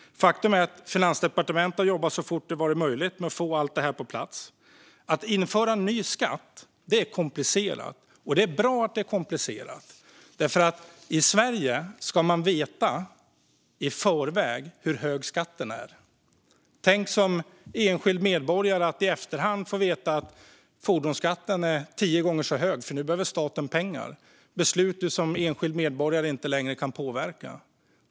Faktum är att Finansdepartementet har jobbat så fort det varit möjligt med att få allt det här på plats. Att införa ny skatt är komplicerat, och det är bra att det är komplicerat. I Sverige ska man veta i förväg hur hög skatten är. Tänk att som enskild medborgare i efterhand få veta att fordonsskatten blir tio gånger så hög för att staten behöver pengar! Då är det fråga om beslut som man som enskild medborgare inte längre kan påverka.